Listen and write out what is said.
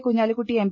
Kunhalikutty M